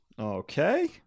Okay